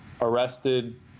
arrested